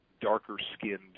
darker-skinned